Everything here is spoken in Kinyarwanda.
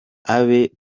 abe